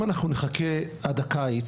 אם אנחנו נחכה עד הקיץ,